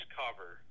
cover